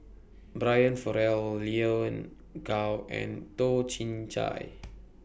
Brian Farrell Lin Gao and Toh Chin Chye